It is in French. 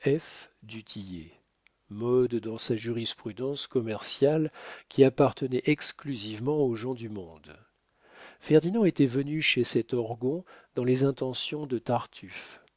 mode dans sa jurisprudence commerciale qui appartenait exclusivement aux gens du monde ferdinand était venu chez cet orgon dans les intentions de tartuffe